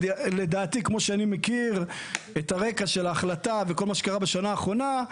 לדעתי כמו שאני מכיר את הרקע של ההחלטה וכל מה שקרה בשנה האחרונה,